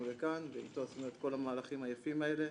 לכאן ואיתו עשינו את כל המהלכים היפים האלה.